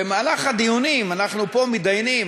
במהלך הדיונים אנחנו פה מתדיינים,